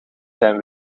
zijn